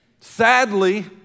sadly